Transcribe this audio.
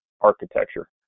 architecture